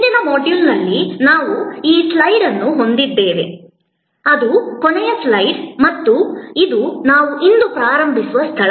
ಹಿಂದಿನ ಮಾಡ್ಯೂಲ್ನಲ್ಲಿ ನಾವು ಈ ಸ್ಲೈಡ್ ಅನ್ನು ಹೊಂದಿದ್ದೆವು ಅದು ಕೊನೆಯ ಸ್ಲೈಡ್ ಮತ್ತು ಇದು ನಾವು ಇಂದು ಪ್ರಾರಂಭಿಸುವ ಸ್ಥಳ